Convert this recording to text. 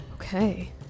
Okay